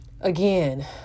again